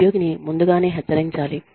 ఉద్యోగిని ముందుగానే హెచ్చరించాలి